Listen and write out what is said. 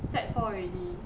sec four already